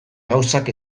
gauzak